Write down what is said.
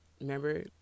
Remember